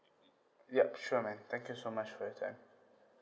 yup sure man thank you so much for your time